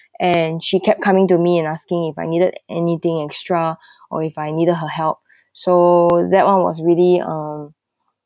and she kept coming to me and asking if I needed anything extra or if I needed her help so that one was really uh